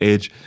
Age